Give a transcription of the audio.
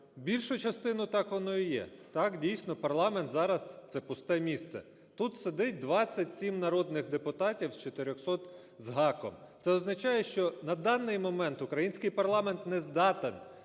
більшу частину так воно і є. Так. дійсно, парламент зараз – це пусте місце. Тут сидить 27 народних депутатів з 400 з гаком. Це означає, що на даний момент український парламент не здатен